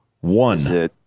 One